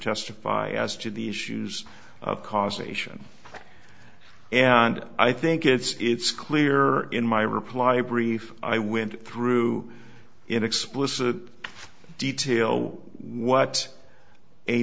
testify as to the issues of causation and i think it's clear in my reply brief i went through in explicit detail what a